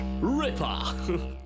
Ripper